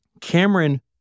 Cameron